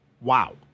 Wow